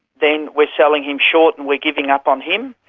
then we're selling him short and we're giving up on him.